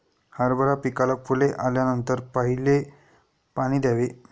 हरभरा पिकाला फुले आल्यानंतर पहिले पाणी द्यावे